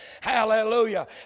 hallelujah